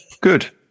Good